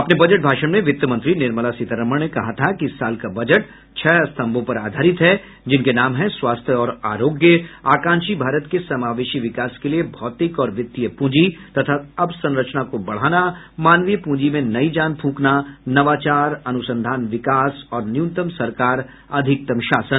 अपने बजट भाषण में वित्त मंत्री निर्मला सीतारामन ने कहा था कि इस साल का बजट छह स्तम्भों पर आधारित है जिनके नाम हैं स्वास्थ्य और आरोग्य आकांक्षी भारत के समावेशी विकास के लिए भौतिक और वित्तीय पूंजी तथा अवसंरचना को बढ़ाना मानवीय पूंजी में नई जान फूंकना नवाचार अनुसंधान विकास और न्यूनतम सरकार अधिकतम शासन